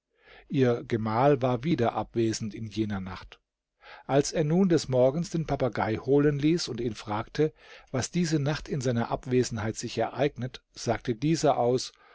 ihr gemahl war wieder abwesend in jener nacht als er nun des morgens den papagei holen ließ und ihn fragte was diese nacht in seiner abwesenheit sich ereignet sagte dieser aus